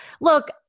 Look